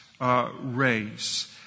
race